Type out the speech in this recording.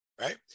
right